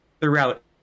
Throughout